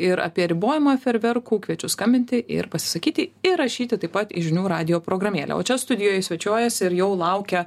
ir apie ribojimą fejerverkų kviečiu skambinti ir pasisakyti ir rašyti taip pat į žinių radijo programėlę o čia studijoj svečiuojasi ir jau laukia